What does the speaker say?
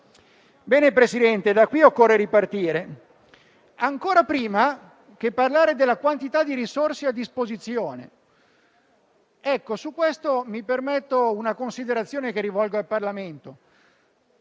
Signor Presidente, da qui occorre ripartire, ancora prima di parlare della quantità di risorse a disposizione. Su questo mi permetto una considerazione che rivolgo al Parlamento: